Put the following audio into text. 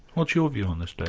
what's your view on this,